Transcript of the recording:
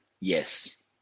Yes